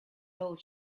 old